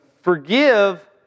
Forgive